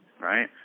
Right